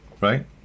right